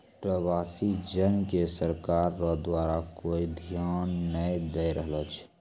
प्रवासी जन के सरकार रो द्वारा कोय ध्यान नै दैय रहलो छै